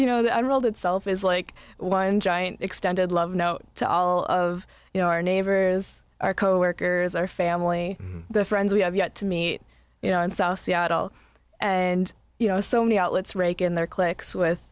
you know the old itself is like one giant extended love note to all of you know our neighbors our coworkers our family the friends we have yet to meet you know in south seattle and you know so many outlets rake in their clicks with